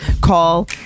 call